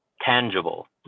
tangible